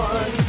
One